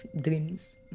dreams